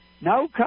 No